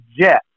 jet